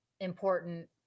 important